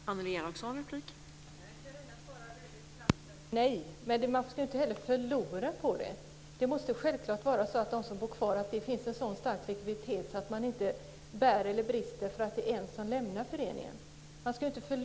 Fru talman! Carina Adolfsson Elgestam svarade snabbt nej. Men man ska inte heller förlora. Det ska självklart vara en sådan stark likviditet för dem som bor kvar att det inte bär eller brister för att det är en som lämnar föreningen.